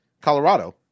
Colorado